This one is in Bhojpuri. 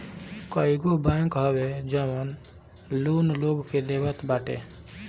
कईगो बैंक हवे जवन लोन लोग के देत बाटे